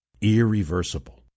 Irreversible